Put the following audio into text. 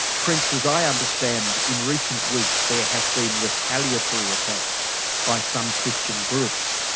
prince as i understand in recent weeks there have been retaliatory attacks by some christian groups.